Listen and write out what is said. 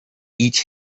each